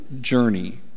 journey